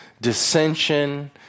dissension